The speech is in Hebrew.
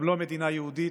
גם לא מדינה יהודית,